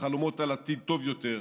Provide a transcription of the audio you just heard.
בחלומות על עתיד טוב יותר,